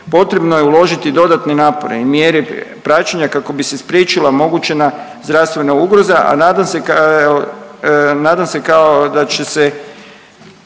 Potrebno je uložiti dodatne napore i mjere praćenja kako bi se spriječila moguća zdravstvena ugroza, a nadam se kao evo,